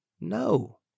No